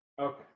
Okay